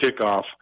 kickoff